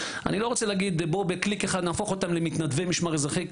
אני לא רוצה להגיד שבקליק אחד נהפוך אותם למתנדבי משמר אזרחי,